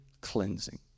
cleansing